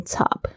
Top